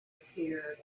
appeared